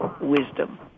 wisdom